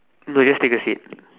no you just take a seat